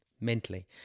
mentally